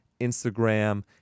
instagram